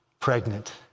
Pregnant